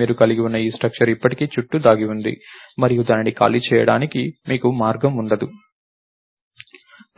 మీరు కలిగి ఉన్న ఈ స్ట్రక్చర్ ఇప్పటికీ చుట్టూ దాగి ఉంది మరియు దానిని ఖాళీ చేయడానికి మీకు మార్గం ఉండదు